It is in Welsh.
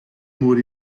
mod